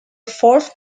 fourth